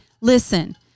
listen